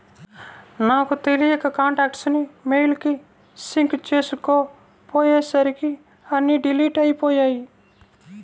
నాకు తెలియక కాంటాక్ట్స్ ని మెయిల్ కి సింక్ చేసుకోపొయ్యేసరికి అన్నీ డిలీట్ అయ్యిపొయ్యాయి